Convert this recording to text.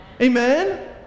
Amen